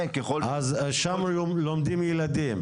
כן, ככול ש- אז שם לומדים ילדים.